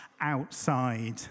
outside